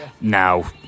Now